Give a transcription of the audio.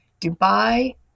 Dubai